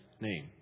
name